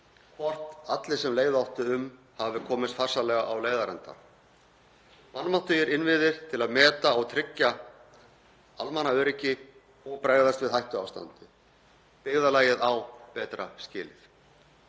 hvort allir sem leið áttu um hafi komist farsællega á leiðarenda. Vanmáttugir innviðir til að meta og tryggja almannaöryggi og bregðast við hættuástandi. Byggðarlagið á betra skilið.